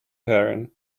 terrain